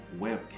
webcam